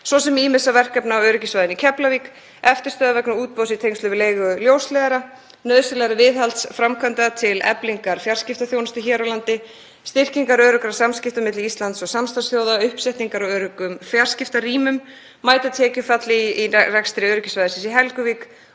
svo sem ýmissa verkefna á öryggissvæðinu í Keflavík, eftirstöðva vegna útboðs í tengslum við leigu ljósleiðara, nauðsynlegra viðhaldsframkvæmda til eflingar fjarskiptaþjónustu hér á landi, styrkingar öruggra samskipta milli Íslands og samstarfsþjóða, uppsetningar á öruggum fjarskiptarýmum, til að mæta tekjufalli í rekstri öryggissvæðisins í Helguvík